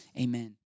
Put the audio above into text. Amen